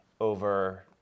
over